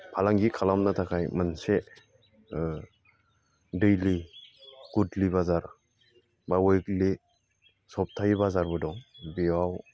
फालांगि खालामनो थाखाय मोनसे दैलि गधुलि बाजार बा विकलि सप्ताहि बाजारबो दं बेयाव